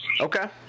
Okay